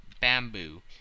bamboo